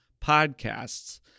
Podcasts